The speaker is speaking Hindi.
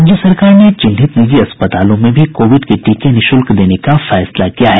राज्य सरकार ने चिन्हित निजी अस्पतालों में भी कोविड के टीके निःशुल्क देने का फैसला किया है